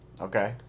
Okay